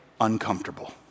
uncomfortable